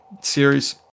series